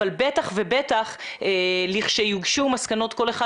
אבל בטח ובטח לכשיוגשו מסקנות כל אחד